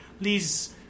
please